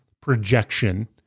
projection